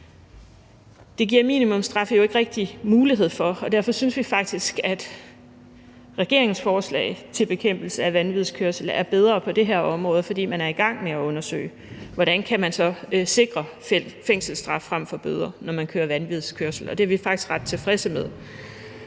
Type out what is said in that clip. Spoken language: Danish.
Det giver minimumsstraffe jo ikke rigtig mulighed for, og derfor synes vi faktisk, at regeringens forslag til bekæmpelse af vanvidskørsel er bedre på det her område. For man er i gang med at undersøge, hvordan man så kan sikre fængselsstraf frem for bøder, når der køres vanvidskørsel, og det er vi faktisk ret tilfredse med.